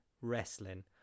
wrestling